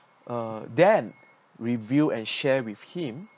uh then reviewed and shared with him